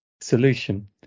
Solution